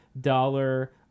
dollar